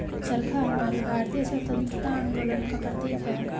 चरखा हमारे भारतीय स्वतंत्रता आंदोलन का प्रतीक है